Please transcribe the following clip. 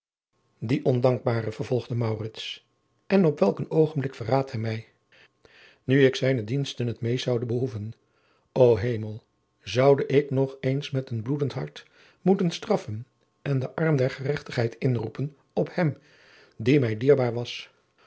die ondankbare vervolgde maurits en op welk een oogenblik verraadt hij mij nu ik zijne diensten het meest zoude behoeven o hemel zoude ik nog eens met een bloedend hart moeten straffen en den arm der gerechtigheid inroepen op hem die mij dierbaar was